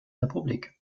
republik